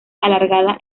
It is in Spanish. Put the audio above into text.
alargada